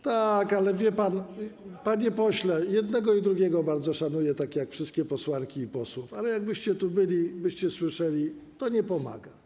Tak, ale wie pan, panie pośle - jednego i drugiego bardzo szanuję, tak jak wszystkie posłanki i wszystkich posłów - jakbyście tu byli, byście słyszeli, że to nie pomaga.